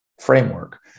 framework